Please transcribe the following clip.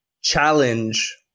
challenge